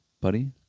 Buddy